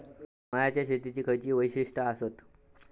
मळ्याच्या शेतीची खयची वैशिष्ठ आसत?